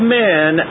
men